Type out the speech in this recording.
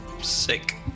Sick